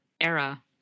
era